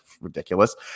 ridiculous